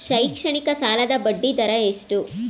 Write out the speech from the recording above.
ಶೈಕ್ಷಣಿಕ ಸಾಲದ ಬಡ್ಡಿ ದರ ಎಷ್ಟು?